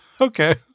Okay